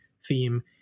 theme